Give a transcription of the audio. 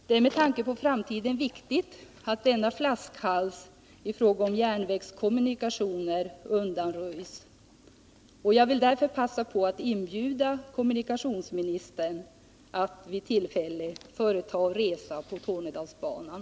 Det är med tanke på framtiden viktigt att denna flaskhals i fråga om järnvägskommunikationer undanröjs. Nr 167 Jag vill mot denna bakgrund passa på att inbjuda kommunikationsminis SSA Måndagen den tern att — vid tillfälle — företa en resa på Tornedalsbanan.